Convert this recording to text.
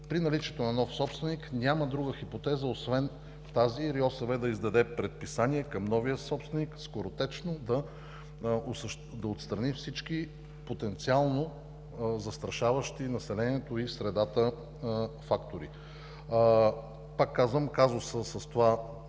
при наличието на нов собственик няма друга хипотеза, освен тази РИОСВ да издаде предписание към новия собственик скоротечно да отстрани всички потенциално застрашаващи населението и средата фактори. Пак казвам, казусът с това